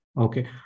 Okay